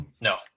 No